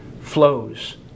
flows